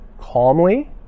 calmly